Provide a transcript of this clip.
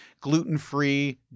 gluten-free